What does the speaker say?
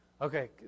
Okay